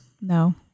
No